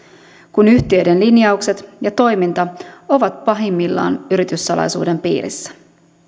kun yhtiöiden linjaukset ja toiminta ovat pahimmillaan yrityssalaisuuden piirissä